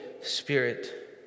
Spirit